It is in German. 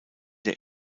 der